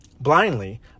blindly